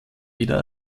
wieder